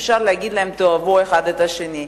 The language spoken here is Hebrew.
אי-אפשר להגיד להם תאהבו אחד את השני.